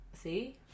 See